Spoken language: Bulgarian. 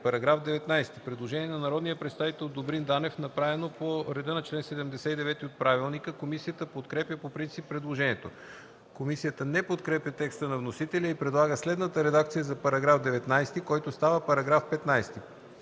По § 19 има предложение на народния представител Добрин Данев, направено по реда на чл. 79, ал. 4, т. 2 от ПОДНС. Комисията подкрепя по принцип предложението. Комисията не подкрепя текста на вносителя и предлага следната редакция за § 19, който става § 15: „§ 15.